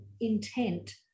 intent